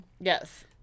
Yes